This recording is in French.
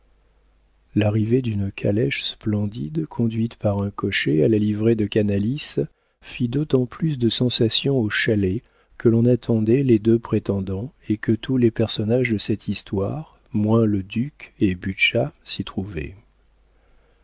l'arrivée d'une calèche splendide conduite par un cocher à la livrée de canalis fit d'autant plus de sensation au chalet que l'on y attendait les deux prétendants et que tous les personnages de cette histoire moins le duc et butscha s'y trouvaient